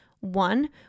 one